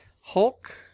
Hulk